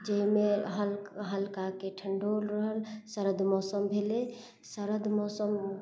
जाहिमे हल्का ठण्डो रहल सरद मौसम भेलै सरद मौसम